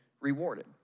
rewarded